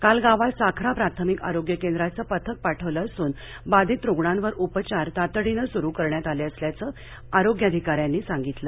काल गावात साखरा प्राथमिक आरोग्य केंद्राचे पथक पाठविलं असून बाधित रुग्णांवर उपचार तातडीने सुरू करण्यात आले असल्याचं आरोग्याधिकाऱ्यांनी सांगितलं